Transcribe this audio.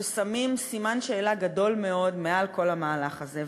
ששמים סימן שאלה גדול מאוד מעל כל המהלך הזה.